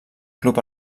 club